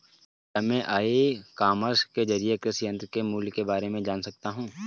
क्या मैं e commerce के ज़रिए कृषि यंत्र के मूल्य में बारे में जान सकता हूँ?